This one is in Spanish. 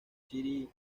city